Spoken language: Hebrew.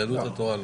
יהדות התורה לא.